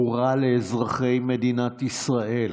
הוא רע לאזרחי מדינת ישראל.